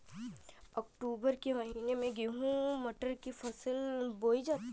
अक्टूबर के महीना में गेहूँ मटर की फसल बोई जाती है